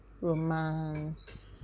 romance